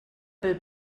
pel